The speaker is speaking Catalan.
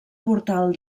portal